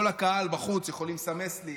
כל הקהל בחוץ יכולים לסמס לי,